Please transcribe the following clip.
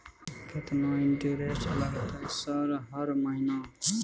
केतना इंटेरेस्ट लगतै सर हर महीना?